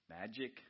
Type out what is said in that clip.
Magic